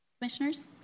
Commissioners